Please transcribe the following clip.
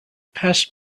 passed